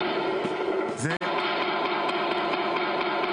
(השמעת קטע קולי)